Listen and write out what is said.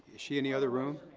she in the other room?